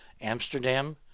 Amsterdam